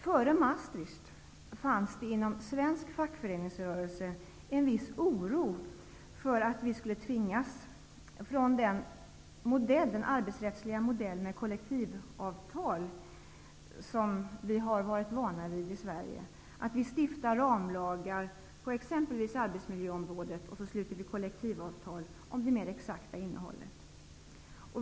Före Maastricht fanns det inom svensk fackföreningsrörelse en viss oro för att vi skulle tvingas från den arbetsrättsliga modellen med kollektivavtal som vi har varit vana vid i Sverige. Vi stiftar ramlagar på t.ex. arbetsmiljöområdet och sluter sedan kollektivavtal om det mer exakta innehållet.